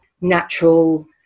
natural